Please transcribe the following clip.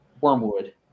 Wormwood